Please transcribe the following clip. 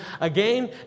again